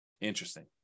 Interesting